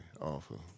awful